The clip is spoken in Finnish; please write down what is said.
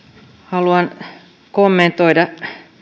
haluan kommentoida